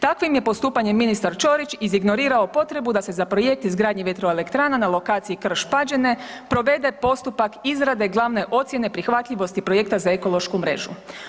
Takovim je postupanjem ministar Ćorić izignorirao potrebu da se za projekt izgradnje vjetroelektrana na lokaciji Krš-Pađene provede postupka izrade glavne ocjene prihvatljivosti projekta za ekološku mrežu.